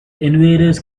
invaders